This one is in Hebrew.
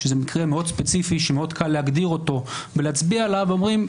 שזה מקרה מאוד ספציפי שמאוד קל להגדיר אותו בלהצביע עליו ואומרים,